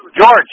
George